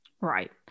Right